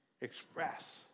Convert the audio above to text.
Express